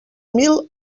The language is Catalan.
mil